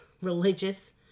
religious